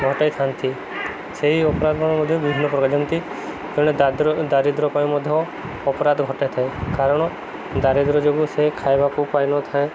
ଘଟାଇଥାନ୍ତି ସେହି ଅପରାଧ ମଧ୍ୟ ବିଭିନ୍ନ ପ୍ରକାର ଯେମିତି ତେଣୁ ଦାରିଦ୍ର୍ୟ ପାଇଁ ମଧ୍ୟ ଅପରାଧ ଘଟାଇଥାଏ କାରଣ ଦାରିଦ୍ର୍ୟ ଯୋଗୁଁ ସେ ଖାଇବା ଫୋପାଡ଼ି ନଥାଏ